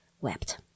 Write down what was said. wept